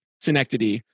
synecdoche